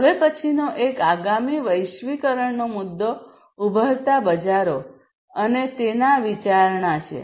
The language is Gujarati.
હવે પછીનો એક આગામી વૈશ્વિકરણનો મુદ્દો ઉભરતા બજારો અને તેના વિચારણા છે